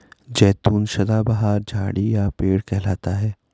जैतून सदाबहार झाड़ी या पेड़ कहलाता है